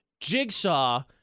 Jigsaw